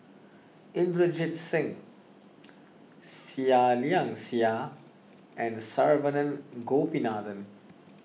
Inderjit Singh Seah Liang Seah and Saravanan Gopinathan